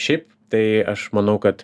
šiaip tai aš manau kad